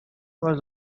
was